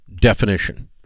definition